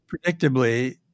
Predictably